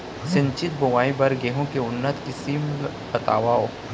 सिंचित बोआई बर गेहूँ के उन्नत किसिम बतावव?